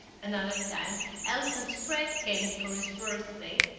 another time allison's frat came for his birthday,